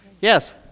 Yes